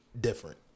Different